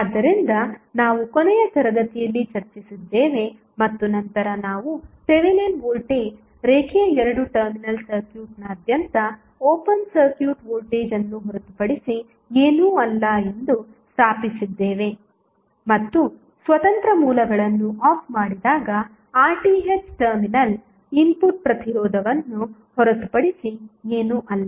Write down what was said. ಆದ್ದರಿಂದ ನಾವು ಕೊನೆಯ ತರಗತಿಯಲ್ಲಿ ಚರ್ಚಿಸಿದ್ದೇವೆ ಮತ್ತು ನಂತರ ನಾವು ಥೆವೆನಿನ್ ವೋಲ್ಟೇಜ್ ರೇಖೀಯ ಎರಡು ಟರ್ಮಿನಲ್ ಸರ್ಕ್ಯೂಟ್ನಾದ್ಯಂತ ಓಪನ್ ಸರ್ಕ್ಯೂಟ್ ವೋಲ್ಟೇಜ್ ಅನ್ನು ಹೊರತುಪಡಿಸಿ ಏನೂ ಅಲ್ಲ ಎಂದು ಸ್ಥಾಪಿಸಿದ್ದೇವೆ ಮತ್ತು ಸ್ವತಂತ್ರ ಮೂಲಗಳನ್ನು ಆಫ್ ಮಾಡಿದಾಗ RTh ಟರ್ಮಿನಲ್ ಇನ್ಪುಟ್ ಪ್ರತಿರೋಧವನ್ನು ಹೊರತುಪಡಿಸಿ ಏನೂ ಅಲ್ಲ